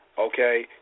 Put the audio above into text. okay